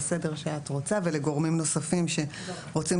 בזום יש